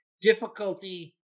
difficulty